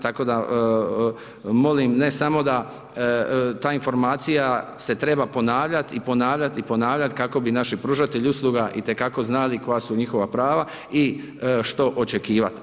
Tako da molim ne samo da ta informacija se treba ponavljati i ponavljati i ponavljati kako bi naši pružatelji usluga itekako znali koja su njihova prava i što očekivati.